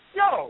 yo